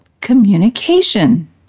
communication